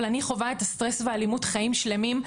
אבל אני חווה את הסטרס ואלימות חיים שלמים,